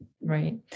Right